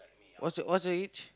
what's what's your age